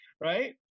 right